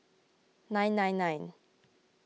nine nine nine